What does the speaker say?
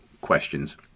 questions